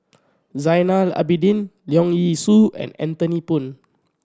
Zainal Abidin Leong Yee Soo and Anthony Poon